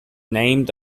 named